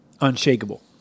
unshakable